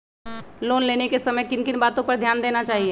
Loan लेने के समय किन किन वातो पर ध्यान देना चाहिए?